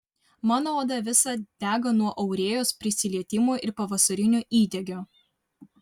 mano oda visa dega nuo aurėjos prisilietimo ir pavasarinio įdegio